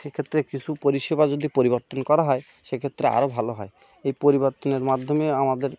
এক্ষেত্রে কিছু পরিষেবা যদি পরিবর্তন করা হয় সেক্ষেত্রে আরো ভালো হয় এই পরিবর্তনের মাধ্যমে আমাদের